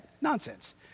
Nonsense